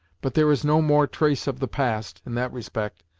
but there is no more trace of the past, in that respect,